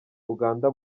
uganda